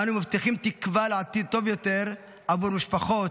אנו מבטיחים תקווה לעתיד טוב יותר עבור משפחות,